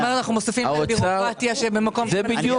אתה אומר שאנחנו מוסיפים כאן בירוקרטיה שבמקום ש --- בדיוק,